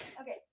Okay